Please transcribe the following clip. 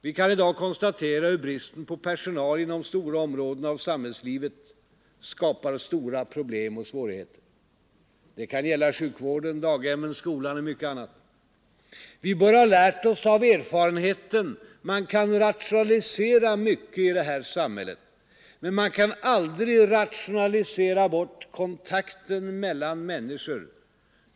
Vi kan i dag konstatera hur bristen på personal inom stora områden av samhällslivet skapar betydande problem och svårigheter. Det kan gälla sjukvården, daghemmen, skolan och mycket annat. Vi bör ha lärt oss av erfarenheten: Man kan rationalisera mycket i det här samhället. Men man kan aldrig rationalisera bort kontakten mellan människor.